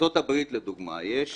בארצות הברית לדוגמה, יש